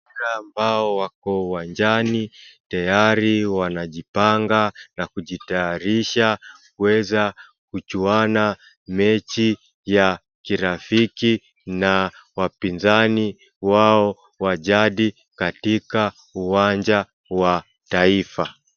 Ambao wako uwanjani tayari wanajipanga na kujitayarisha kuweza kuchuana mechi ya kirafiki na wapinzani wao wa jadi katika uwanja wa taifa.